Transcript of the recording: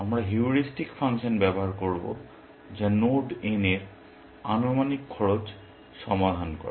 আমরা heuristic function ব্যবহার করব যা নোড n এর আনুমানিক খরচ সমাধান করে